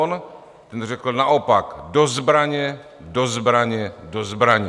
On řekl naopak: Do zbraně, do zbraně, do zbraně!